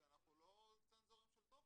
כי אנחנו לא צנזורים של תוכן.